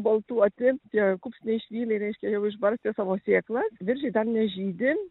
baltuoti tie kupstiniai švyliai reikia jau išbarstė savo sėklą viržiai dar nežydi